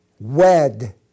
wed